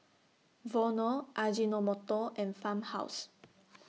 Vono Ajinomoto and Farmhouse